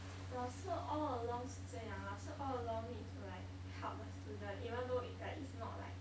老师 all along 是这样老师 all along need to like help the student even though it like it's not like